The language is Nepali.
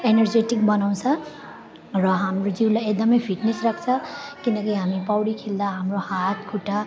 एनर्जेटिक बनाउँछ र हाम्रो जिउलाई एकदमै फिट्नेस राख्छ किनकि हामी पौडी खेल्दा हाम्रो हात खुट्टा